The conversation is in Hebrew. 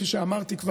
כפי שכבר אמרתי,